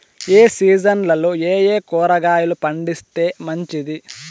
ఏ సీజన్లలో ఏయే కూరగాయలు పండిస్తే మంచిది